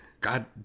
God